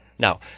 Now